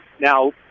now